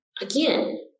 again